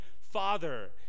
father